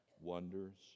wonders